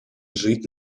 жить